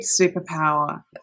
superpower